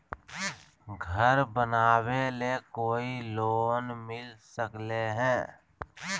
घर बनावे ले कोई लोनमिल सकले है?